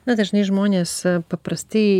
na dažnai žmonės paprastai